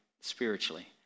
spiritually